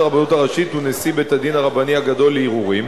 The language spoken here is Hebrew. הרבנות הראשית ונשיא בית-הדין הרבני הגדול לערעורים,